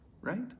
Right